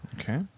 Okay